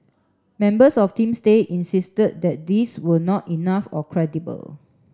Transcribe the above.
members of Team Stay insist that these were not enough or credible